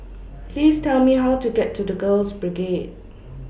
Please Tell Me How to get to The Girls Brigade